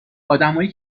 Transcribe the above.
ادمایی